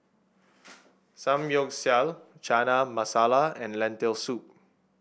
Samgyeopsal Chana Masala and Lentil Soup